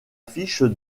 fiche